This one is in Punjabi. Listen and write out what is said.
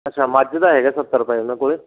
ਅੱਛਾ ਮੱਝ ਦਾ ਹੈਗਾ ਸੱਤਰ ਰੁਪਏ ਉਹਨਾਂ ਕੋਲ